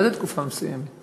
מה זה "תקופה מסוימת"?